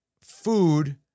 food